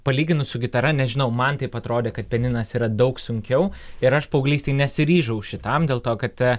palyginus su gitara nežinau man taip atrodė kad pianinas yra daug sunkiau ir aš paauglystėj nesiryžau šitam dėl to kad